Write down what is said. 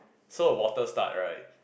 so water start right